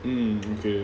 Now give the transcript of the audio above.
mm okay